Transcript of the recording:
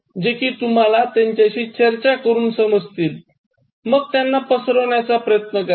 जे कि तुम्हाला त्यांच्याशी चर्चा करून समजतील मग त्यांना पसरवण्याचा प्रयत्न करा